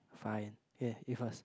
fine yeah you first